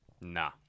nah